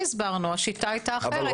השיטה הייתה אחרת.